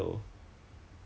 oh